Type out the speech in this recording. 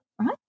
right